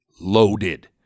Loaded